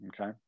Okay